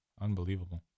Unbelievable